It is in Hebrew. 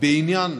בעניין